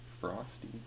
frosty